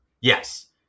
Yes